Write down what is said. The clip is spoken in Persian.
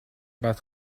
بعد